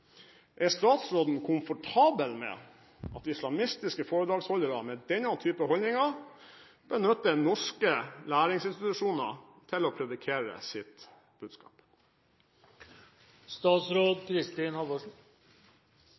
Er statsråden komfortabel med at islamistiske foredragsholdere med denne typen holdninger benytter norske læringsinstitusjoner til å predike sitt